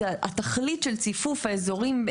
זה התכלית של ציפוף האזורים,